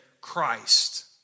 Christ